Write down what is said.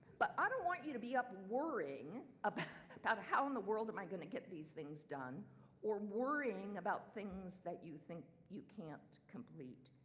but i don't want you to be up worrying about how in the world am i gonna get these things done or worrying about things that you think you can't complete.